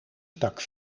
stak